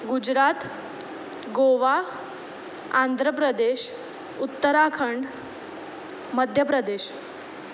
Gujarat Goa Andhra Pradesh Uttarakhand Madhya Pradesh